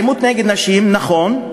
האלימות נגד נשים, נכון,